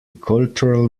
cultural